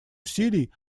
усилий